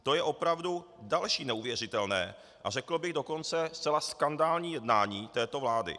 To je opravdu další neuvěřitelné a řekl bych dokonce zcela skandální jednání této vlády.